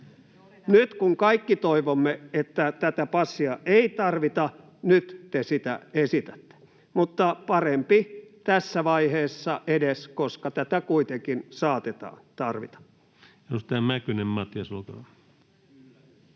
Nyt kun kaikki toivomme, että tätä passia ei tarvita, nyt te sitä esitätte. Mutta parempi tässä vaiheessa edes, koska tätä kuitenkin saatetaan tarvita.